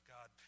God